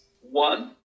One